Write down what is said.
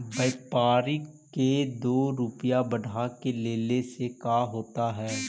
व्यापारिक के दो रूपया बढ़ा के लेने से का होता है?